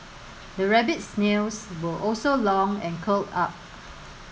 the rabbit's nails were also long and curled up